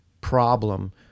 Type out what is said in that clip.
problem